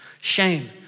Shame